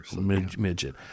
midget